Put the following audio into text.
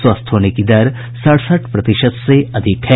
स्वस्थ होने की दर सड़सठ प्रतिशत से अधिक है